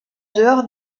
dehors